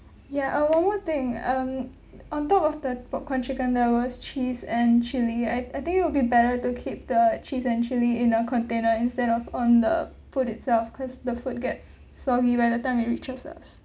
ya uh one more thing um on top of the popcorn chicken there was cheese and chili I I think it'll be better to keep the cheese and chili in a container instead of on the food itself because the food gets soggy by the time it reaches us